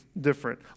different